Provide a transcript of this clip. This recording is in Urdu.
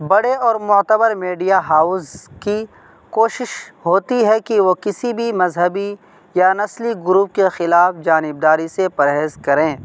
بڑے اور معتبر میڈیا ہاؤز کی کوشش ہوتی ہے کہ وہ کسی بھی مذہبی یا نسلی گروپ کے خلاف جانب داری سے پرہیز کریں